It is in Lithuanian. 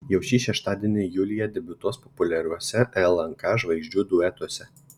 jau šį šeštadienį julija debiutuos populiariuose lnk žvaigždžių duetuose